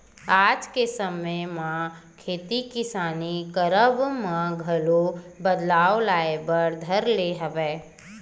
आज के समे म खेती किसानी करब म घलो बदलाव आय बर धर ले हवय